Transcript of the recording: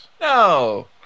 no